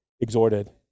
exhorted